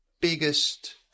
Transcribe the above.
biggest